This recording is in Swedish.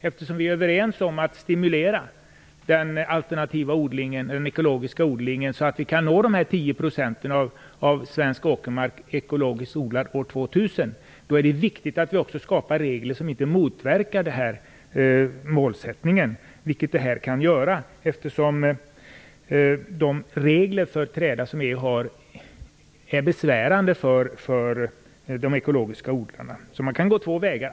Eftersom vi är överens om att stimulera den ekologiska odlingen, för att nå målet att 10 % av åkermarken skall vara ekologiskt odlad år 2000, är det viktigt att vi skapar regler som inte motverkar den målsättningen. Men det kan bli så, eftersom reglerna för träda är besvärande för den ekologiska odlingen. Man kan gå två vägar.